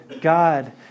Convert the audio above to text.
God